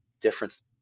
difference